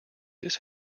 this